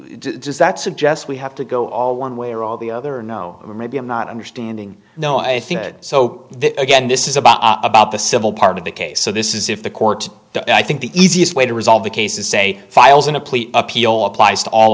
does that suggest we have to go all one way or all the other no maybe i'm not understanding no i think so again this is about about the civil part of the case so this is if the court i think the easiest way to resolve the case is say files in a plea appeal applies to all